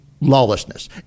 lawlessness